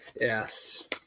Yes